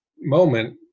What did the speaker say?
moment